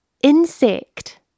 insect